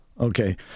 Okay